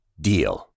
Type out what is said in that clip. DEAL